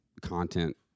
content